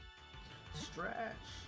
stretch